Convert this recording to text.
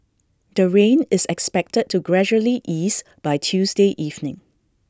the rain is expected to gradually ease by Tuesday evening